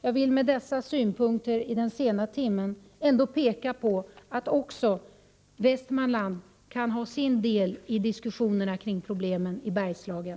Jag ville med dessa synpunkter i den sena timmen peka på att också Västmanland kan ha sin del i diskussionerna kring problemen i Bergslagen.